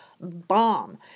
Bomb